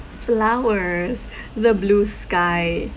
flowers the blue sky